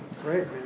Great